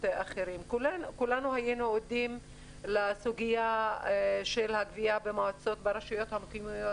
אחרים: כולנו היינו עדים לסוגיה של הגבייה ברשויות המקומיות,